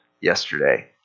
yesterday